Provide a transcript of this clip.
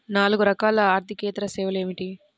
నాలుగు రకాల ఆర్థికేతర సేవలు ఏమిటీ?